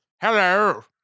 Hello